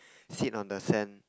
sit on the sand